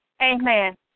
Amen